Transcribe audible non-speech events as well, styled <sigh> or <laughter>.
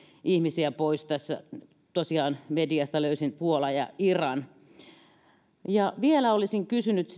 ihmisiä pois tosiaan mediasta löysin puolan ja iranin vielä olisin kysynyt <unintelligible>